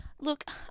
look